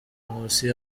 nkusi